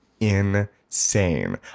insane